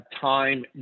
time